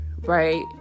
right